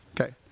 Okay